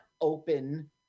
open